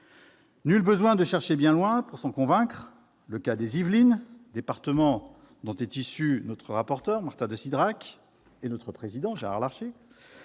Nul besoin de chercher bien loin pour s'en convaincre : le cas des Yvelines, département dont sont issus notre rapporteur, Marta de Cidrac, et notre président, Gérard Larcher,